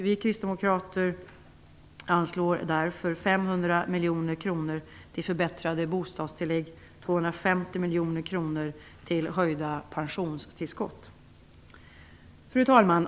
Vi kristdemokrater satsar därför 500 miljoner kronor på förbättrade bostadstillägg och 250 miljoner kronor på höjda pensionstillskott. Fru talman!